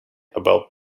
about